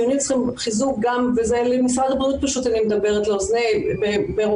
אני מדברת לאוזני משרד הבריאות: המיונים